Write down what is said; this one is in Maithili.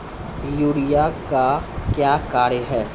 यूरिया का क्या कार्य हैं?